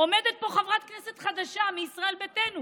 עומדת פה חברת כנסת חדשה מישראל ביתנו